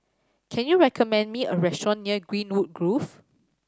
can you recommend me a restaurant near Greenwood Grove